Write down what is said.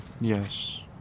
Yes